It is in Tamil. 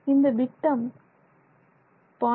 இந்த விட்டம் 0